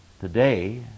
Today